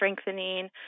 strengthening